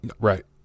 Right